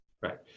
right